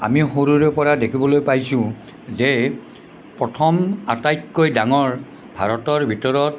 আমি সৰুৰে পৰা দেখিবলৈ পাইছোঁ যে প্ৰথম আটাইতকৈ ডাঙৰ ভাৰতৰ ভিতৰত